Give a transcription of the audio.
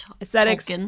Aesthetics